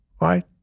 Right